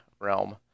realm